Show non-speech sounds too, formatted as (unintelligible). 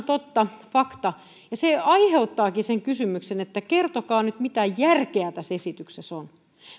(unintelligible) totta fakta se aiheuttaakin sen kysymyksen että kertokaa nyt mitä järkeä tässä esityksessä on